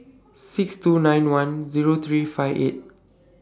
six two nine one Zero three five eight